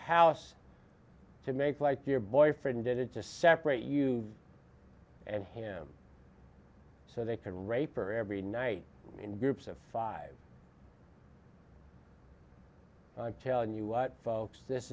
house to make like your boyfriend did it to separate you and him so they could rape her every night in groups of five telling you what folks this